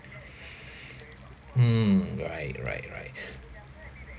mm right right right